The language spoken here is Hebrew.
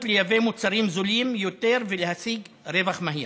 לייבא מוצרים זולים יותר ולהציג רווח מהיר,